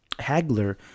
Hagler